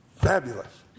fabulous